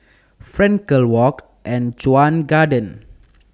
Frankel Walk and Chuan Garden